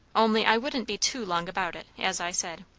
only i wouldn't be too long about it, as i said.